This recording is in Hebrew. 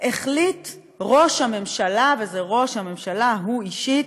החליט ראש הממשלה, וזה ראש הממשלה, הוא אישית,